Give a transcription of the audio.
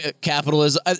Capitalism